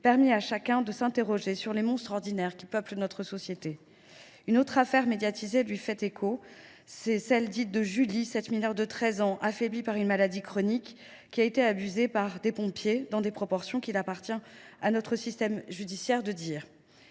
permet à chacun de s’interroger sur les monstres ordinaires qui peuplent notre société. Une autre affaire médiatisée, dite de Julie, lui fait écho : cette mineure de 13 ans, affaiblie par une maladie chronique, a été abusée par des pompiers dans des proportions qu’il appartient à notre système judiciaire de